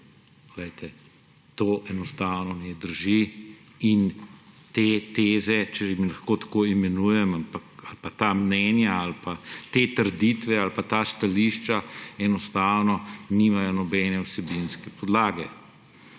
To enostavno ne drži in te teze, če jih lahko tako imenujem, ali pa ta mnenja ali te trditve ali ta stališča enostavno nimajo nobene vsebinske podlage.